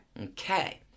Okay